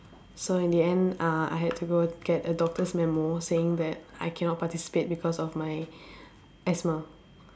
so in the end uh I had to go get a doctor's memo saying that I cannot participate because of my asthma